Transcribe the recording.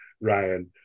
Ryan